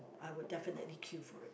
I would definitely queue for it